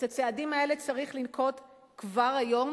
את הצעדים האלה צריך לנקוט כבר היום,